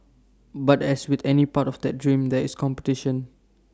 but as with any part of that dream there is competition